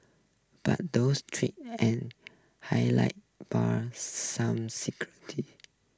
but those treat and high line bar some secretive